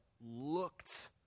looked